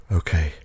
okay